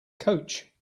coach